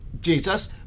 Jesus